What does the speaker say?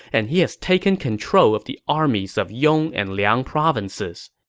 and he has taken control of the armies of yong and liang provinces.